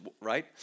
right